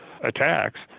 attacks